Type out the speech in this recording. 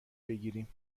بگیریم